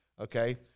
okay